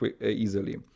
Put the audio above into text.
easily